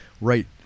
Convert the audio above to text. right